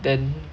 then